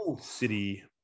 city